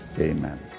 amen